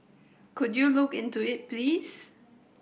could you look into it please